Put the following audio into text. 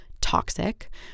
toxic